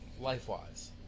life-wise